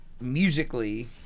musically